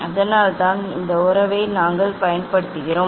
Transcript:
அதனால்தான் இந்த உறவை நாங்கள் பயன்படுத்துகிறோம்